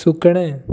सुकणें